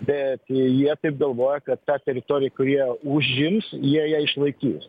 bet jie taip galvoja kad ta teritorija kur jie užims jie ją išlaikys